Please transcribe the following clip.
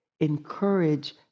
encourage